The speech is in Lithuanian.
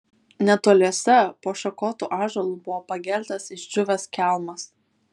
netoliese po šakotu ąžuolu buvo pageltęs išdžiūvęs kelmas